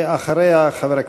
גפני וקבוצת חברי